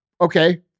Okay